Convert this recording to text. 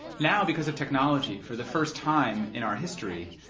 now because of technology, for the first time in our history,